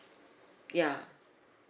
ya